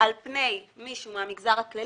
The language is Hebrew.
על פני מישהי מהמגזר הכללי,